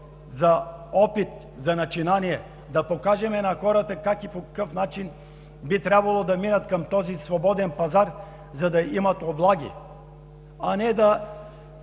за опит, за начинание, да покажем на хората как и по какъв начин би трябвало да минат към този свободен пазар, за да имат облаги, а не да…